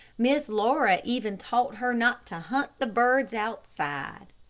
miss laura even taught her not to hunt the birds outside.